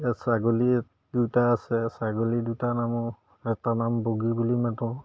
এতিয়া ছাগলী দুটা আছে ছাগলী দুটাৰ নামো এটা নাম বগী বুলি মাতোঁ